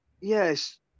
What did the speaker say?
yes